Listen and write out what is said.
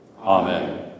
Amen